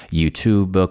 youtube